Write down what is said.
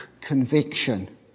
conviction